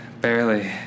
Barely